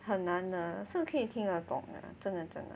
很难 lah 是可以听得懂的真的真的